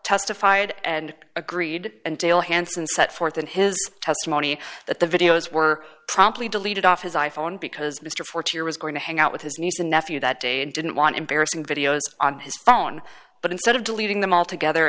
testified and agreed and dale hansen set forth in his testimony that the videos were promptly deleted off his i phone because mr fortier was going to hang out with his niece and nephew that day didn't want embarrassing videos on his phone but instead of deleting them altogether